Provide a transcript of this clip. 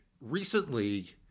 recently